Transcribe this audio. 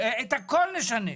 את הכול נשנה.